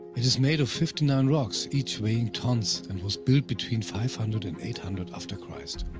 it is made of fifty nine rocks each weighing tons and was built between five hundred and eight hundred after christ.